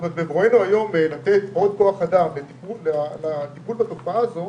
כלומר בבואנו היום לתת עוד כוח אדם לטיפול בתופעה הזאת